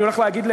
אני הולך להגיד,